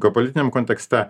geopolitiniam kontekste